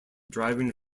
driving